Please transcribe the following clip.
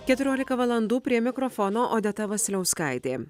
keturiolika valandų prie mikrofono odeta vasiliauskaitė